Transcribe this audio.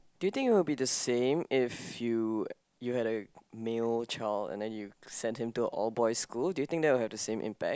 do you think it will the same if you you have a male child and then you send him to all boys school do you think it will have the same impact